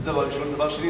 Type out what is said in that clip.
דבר שני,